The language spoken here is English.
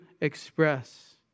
express